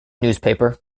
newspaper